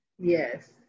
yes